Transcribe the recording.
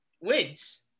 wins